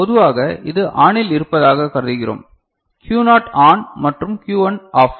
பொதுவாக இது ஆனில் இருப்பதாக கருதுகிறோம் Q னாட் ஆன் மற்றும் Q 1 ஆஃப்